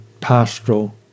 pastoral